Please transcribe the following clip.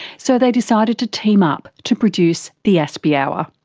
so they decided to team up to produce the aspie hour.